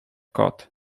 kot